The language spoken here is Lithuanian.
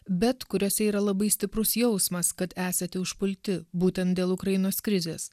bet kuriose yra labai stiprus jausmas kad esate užpulti būtent dėl ukrainos krizės